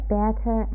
better